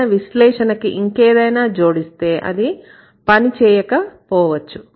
మన విశ్లేషణకి ఇంకేదైనా జోడిస్తే అది పనిచేయకపోవచ్చు